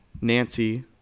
Nancy